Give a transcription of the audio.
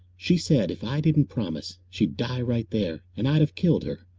she said if i didn't promise she'd die right there and i'd have killed her.